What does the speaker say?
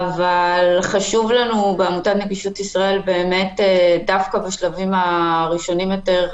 אבל חשוב לנו בעמותת נגישות ישראל דווקא בשלבים הראשונים יותר,